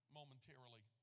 momentarily